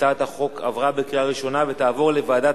הצעת החוק עברה בקריאה ראשונה ותעבור לוועדת